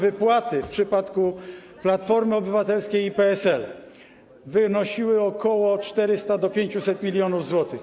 Otóż wypłaty w przypadku Platformy Obywatelskiej i PSL wynosiły ok. 400 do 500 mln zł.